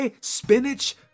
spinach